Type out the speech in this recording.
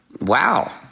wow